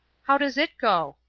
how does it go?